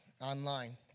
online